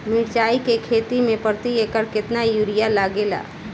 मिरचाई के खेती मे प्रति एकड़ केतना यूरिया लागे ला?